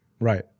Right